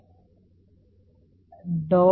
അതിനാൽ